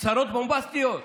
הצהרות בומבסטיות,